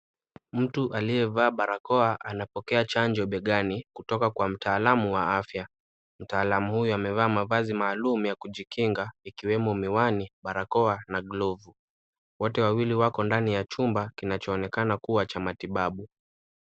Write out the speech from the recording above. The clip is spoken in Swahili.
Mtu aliyevaa barakoa anapokea chanjo begani kutoka kwa mtaalamu wa afya. Mtaalamu huyu amevaa mavazi maalum ya kujikinga ikiwemo miwani, barakoa na glovu. Wote wawili wako ndani ya chumba kinachoonekana kuwa cha matibabu.